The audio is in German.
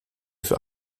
für